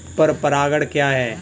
पर परागण क्या है?